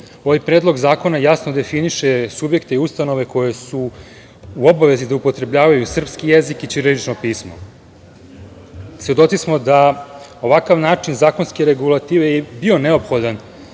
Predlog zakona jasno definiše subjekte i ustanove koje su u obavezi da upotrebljavaju srpski jezik i ćirilično pismo. Svedoci smo da ovakav način zakonske regulative je bio neophodan